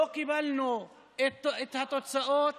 לא קיבלנו את התוצאות